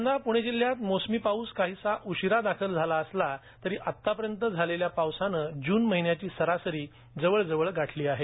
यंदा प्णे जिल्ह्यात मोसमी पाऊस काहीसा उशीरा दाखल झाला असला तरी आतापर्यंत झालेल्या पावसाने जून महिन्याची सरासरी जवळजवळ गाठली आहे